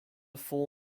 full